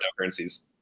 cryptocurrencies